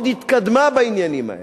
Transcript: מאוד התקדמה בעניינים האלה,